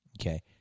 okay